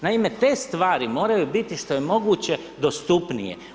Naime, te stvari moraju biti što je moguće dostupnije.